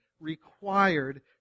required